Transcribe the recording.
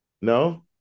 No